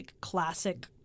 classic